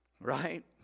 right